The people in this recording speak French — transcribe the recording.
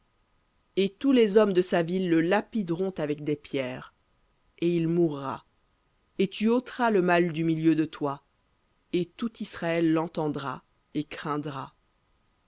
et tous les hommes de sa ville le lapideront avec des pierres et il mourra et tu ôteras le mal du milieu de toi et tout israël l'entendra et craindra